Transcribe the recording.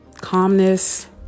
calmness